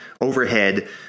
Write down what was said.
overhead